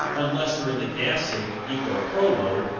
unless you're in the gas-saving eco pro mode,